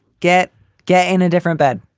get get in a different bed.